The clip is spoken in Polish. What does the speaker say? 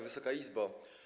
Wysoka Izbo!